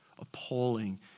appalling